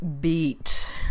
beat